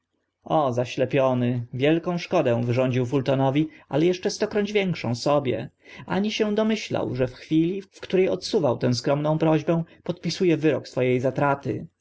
o zaślepiony wielką szkodę wyrządził fultonowi ale eszcze stokroć większą sobie ani się domyślał że w chwili w które odsuwa tę skromną prośbę podpisu e wyrok swo e zatraty